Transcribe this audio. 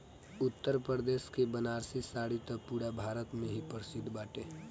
उत्तरप्रदेश के बनारसी साड़ी त पुरा भारत में ही प्रसिद्ध बाटे